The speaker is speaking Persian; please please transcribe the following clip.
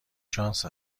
شانس